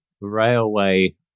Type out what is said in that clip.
railway